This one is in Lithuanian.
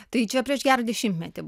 tai čia prieš gerą dešimtmetį